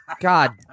God